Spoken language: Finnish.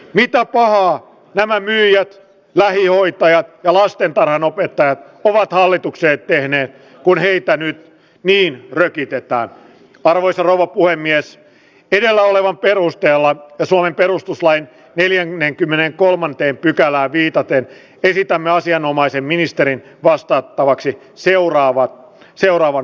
mitä pahaa nämä myyjiä lähihoitaja ja lastentarhanopettajat ovat hallituksen tehneen kun heitä nyt niin kaikki tätä arvoisa rouva puhemies perua olevan perusteella suomen perustuslain neljännen kymmenen kolmanteen pykälään viitaten esitämme asianomaisen ministerin vastattavaksi seuraava seuraavan